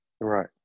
Right